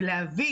ולהביא